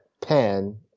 pen